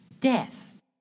death